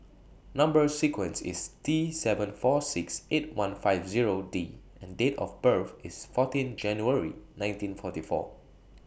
Number sequence IS T seven four six eight one five Zero D and Date of birth IS fourteen January nineteen forty four